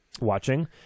watching